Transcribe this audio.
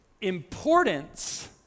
importance